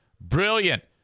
Brilliant